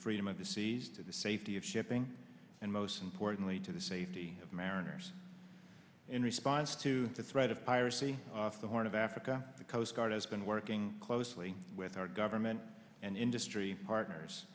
freedom of the seas to the safety of shipping and most importantly to the safety of mariners in response to the threat of piracy off the horn of africa the coast guard has been working closely with our government and industry partners